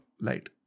light